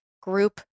group